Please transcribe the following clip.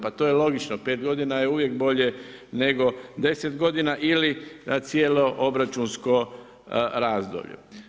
Pa to je logično, pet godina je uvijek bolje nego deset godina ili na cijelo obračunsko razdoblje.